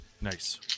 Nice